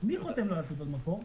מי חותם לו על תעודות מקור?